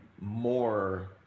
more